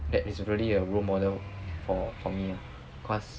that is really a role model for for me lah cause